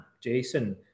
Jason